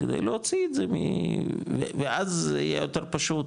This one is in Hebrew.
כדי להוציא את זה ואז זה יהיה יותר פשוט,